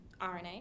RNA